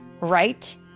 right